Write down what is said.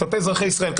כלפי אזרחי ישראל,